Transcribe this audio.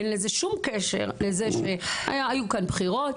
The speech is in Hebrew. אין לזה שום קשר לזה שהיו כאן בחירות,